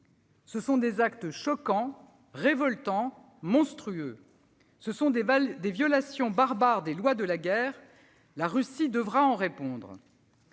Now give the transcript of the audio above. Ce sont des actes choquants, révoltants, monstrueux. Ce sont des violations barbares des lois de la guerre. La Russie devra en répondre.